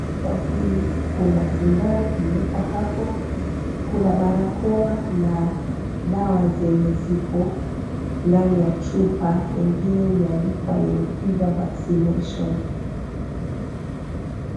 Meza hii kuna sindano imeekwa hapo, kuna barakoa na dawa zenye ziko ndani ya chupa, ingine imeandikwa Yellow Fever Vaccination .